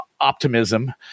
optimism